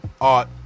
art